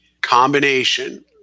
combination